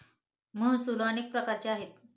महसूल अनेक प्रकारचे आहेत